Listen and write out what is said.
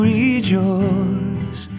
rejoice